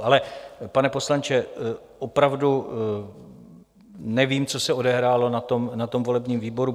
Ale pane poslanče, opravdu nevím, co se odehrálo na tom volebním výboru.